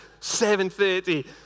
7:30